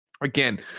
Again